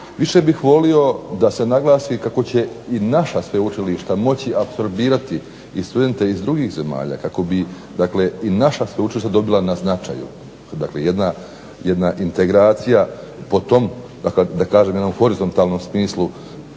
Više bih volio da se naglasi kako će i naša sveučilišta moći apsorbirati i studente iz drugih zemalja kako bi i naša sveučilišta dobila na značaju, dakle jedna integracija po tom jednom horizontalnom smislu,